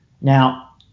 Now